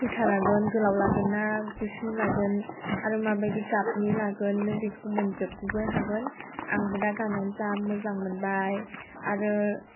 खुरथा लागोन गोलाव लागोन ना गुसुं लागोन आरो माबायदि गाबनि लागोन नों बेखौ मोनजोबनो हागोन आंबो दा गाननानै जा मोजां मोनबाय आरो